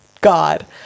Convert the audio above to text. God